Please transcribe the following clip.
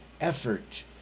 effort